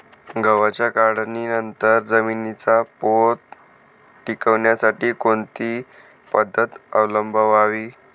गव्हाच्या काढणीनंतर जमिनीचा पोत टिकवण्यासाठी कोणती पद्धत अवलंबवावी?